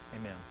Amen